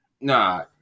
nah